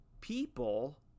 people